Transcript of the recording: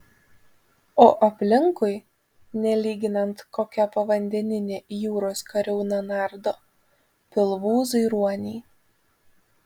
o aplinkui nelyginant kokia povandeninė jūros kariauna nardo pilvūzai ruoniai